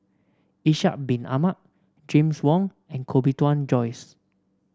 Ishak Bin Ahmad James Wong and Koh Bee Tuan Joyce